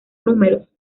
números